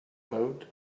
mode